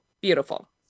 beautiful